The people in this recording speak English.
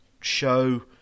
show